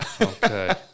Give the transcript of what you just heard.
Okay